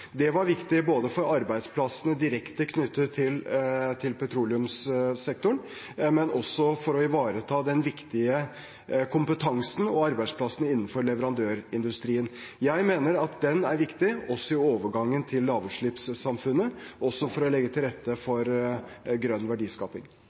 Det var viktig både for arbeidsplassene direkte knyttet til petroleumssektoren og for å ivareta den viktige kompetansen og arbeidsplassene innenfor leverandørindustrien. Jeg mener at den er viktig, også i overgangen til lavutslippssamfunnet, og også for å legge til rette